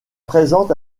présente